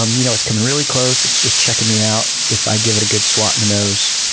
um you know, it's coming really close, it's just checking me out, if i give it a good swat in the nose,